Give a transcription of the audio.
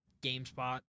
GameSpot